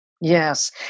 Yes